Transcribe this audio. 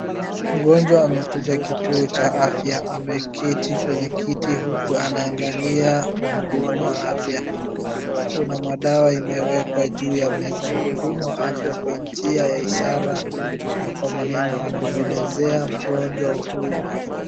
Mgonjwa amekuja kituo cha fya ameketi kwenye kiti huku anaangaliwa mhudumu wa afya. Kuna madawa imewekwa juu ya meza, mhudumu wa afya kwa njia ya ishara na Kwa maneno anamwelezea mgonjwa huyu.